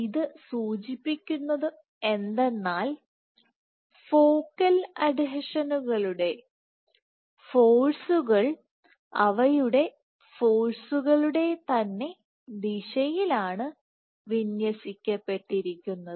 ഇതു സൂചിപ്പിക്കുന്നത് എന്തെന്നാൽ ഫോക്കൽ അഡ്ഹീഷനുകളുടെ ഫോഴ്സുകൾ അവയുടെ ഫോഴ്സുകളുടെ തന്നെ ദിശയിലാണു വിന്യസിക്കപ്പെട്ടിരിക്കുന്നത്